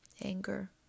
anger